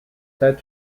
said